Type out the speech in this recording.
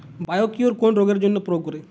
Biocure কোন রোগেরজন্য প্রয়োগ করে?